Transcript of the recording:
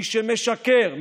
מי שמשקר,